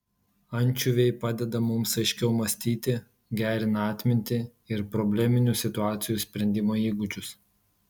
ančiuviai padeda mums aiškiau mąstyti gerina atmintį ir probleminių situacijų sprendimo įgūdžius